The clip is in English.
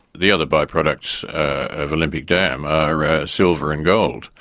the other by-products of olympic dam are ah silver and gold.